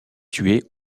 tués